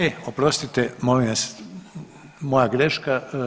E oprostite molim vas, moja greška.